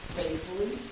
faithfully